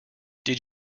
did